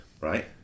right